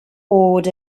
awed